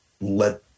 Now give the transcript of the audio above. let